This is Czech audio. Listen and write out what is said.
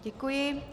Děkuji.